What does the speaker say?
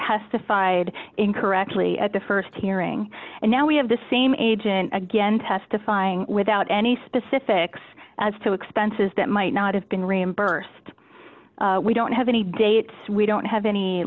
testified incorrectly at the st hearing and now we have the same agent again testifying without any specifics as to expenses that might not have been reimbursed we don't have any dates we don't have any